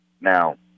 Now